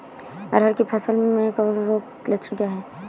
अरहर की फसल में कवक रोग के लक्षण क्या है?